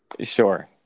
sure